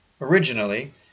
Originally